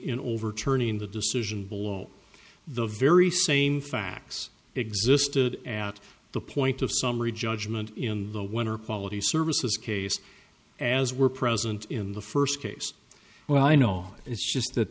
in overturning the decision below the very same facts existed at the point of summary judgment in the winner quality services case as were present in the first case well i know it's just that